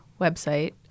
website